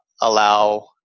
allow